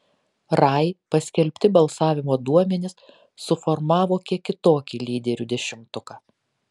rai paskelbti balsavimo duomenys suformavo kiek kitokį lyderių dešimtuką